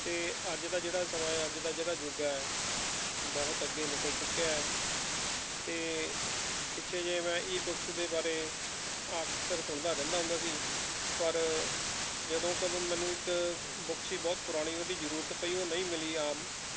ਅਤੇ ਅੱਜ ਦਾ ਜਿਹੜਾ ਸਮਾਂ ਹੈ ਅੱਜ ਦਾ ਜਿਹੜਾ ਯੁੱਗ ਹੈ ਬਹੁਤ ਅੱਗੇ ਨਿਕਲ ਚੁੱਕਿਆ ਅਤੇ ਪਿੱਛੇ ਜਿਹੇ ਮੈਂ ਈ ਬੁੱਕਸ ਦੇ ਬਾਰੇ ਅਕਸਰ ਸੁਣਦਾ ਰਹਿੰਦਾ ਹੁੰਦਾ ਸੀ ਪਰ ਜਦੋਂ ਕਦੋਂ ਮੈਨੂੰ ਇੱਕ ਬੁੱਕ ਸੀ ਬਹੁਤ ਪੁਰਾਣੀ ਉਹਦੀ ਜ਼ਰੂਰਤ ਪਈ ਉਹ ਨਹੀਂ ਮਿਲੀ ਆਮ